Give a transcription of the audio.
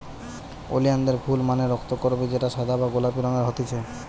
ওলিয়ানদের ফুল মানে রক্তকরবী যেটা সাদা বা গোলাপি রঙের হতিছে